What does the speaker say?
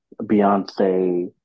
Beyonce